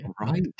Right